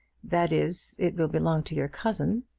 that is, it will belong to your cousin.